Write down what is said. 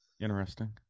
Interesting